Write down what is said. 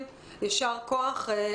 על כך